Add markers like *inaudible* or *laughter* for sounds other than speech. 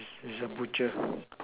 is is the butcher *noise*